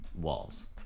walls